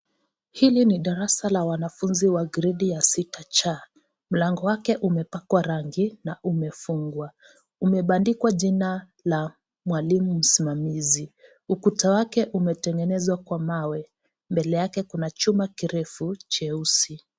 Hili ni darasa la wanafunzi wa gredi ya sita C, mlango wake umepakwa rangi na umefungwa, umebandikwa jina la mwalimu msimamizi, ukuta wake umetengenezwa kwa mawe, mbele yake kuna chuma kirefu cheusi.